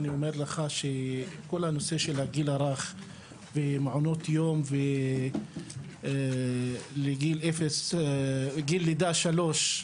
אני אומר לך שכל הנושא של הגיל הרך ומעונות יום לגיל לידה עד שלוש,